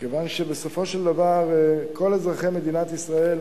כיוון שבסופו של דבר כל אזרחי מדינת ישראל